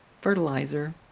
fertilizer